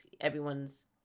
everyone's